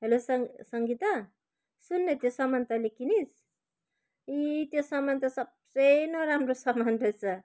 hello सङ सङ्गीता सुन् न त्यो सामान तैँले किनिस् ए त्यो सामान त सबसे नराम्रो सामान रहेछ